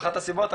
אחת הסיבות,